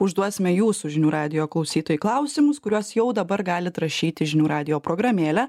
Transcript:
užduosime jūsų žinių radijo klausytojų klausimus kuriuos jau dabar galit rašyt į žinių radijo programėlę